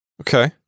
Okay